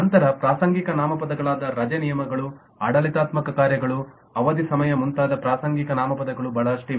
ನಂತರ ಪ್ರಾಸಂಗಿಕ ನಾಮಪದಗಳಾದ ರಜೆ ನಿಯಮಗಳು ಆಡಳಿತಾತ್ಮಕ ಕಾರ್ಯಗಳು ಅವಧಿ ಸಮಯ ಮುಂತಾದ ಪ್ರಾಸಂಗಿಕ ನಾಮಪದಗಳು ಬಹಳಷ್ಟು ಇವೆ